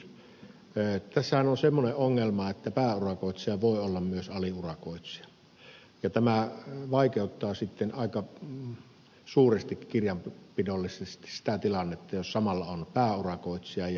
tässähän on semmoinen ongelma että pääurakoitsija voi olla myös aliurakoitsija ja tämä vaikeuttaa sitten aika suuresti kirjanpidollisesti sitä tilannetta jos samalla on pääurakoitsija ja aliurakoitsija